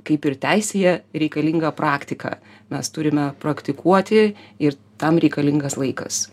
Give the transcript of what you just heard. kaip ir teisėje reikalinga praktika mes turime praktikuoti ir tam reikalingas laikas